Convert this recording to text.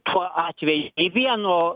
tuo atveju nei vieno